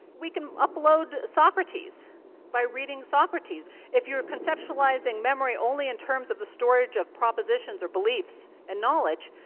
we can upload socrates by reading socrates. if you're conceptualising memory only in terms of the storage of propositions or beliefs and knowledge,